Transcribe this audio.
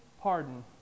pardon